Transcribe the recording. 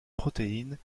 protéines